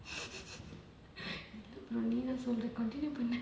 நீயே சொல்ற:neeyae solra continue பண்ணுpannu